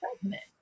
pregnant